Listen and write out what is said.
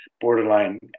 borderline